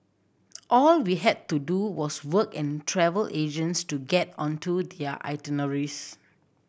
all we had to do was work and travel agents to get onto their itineraries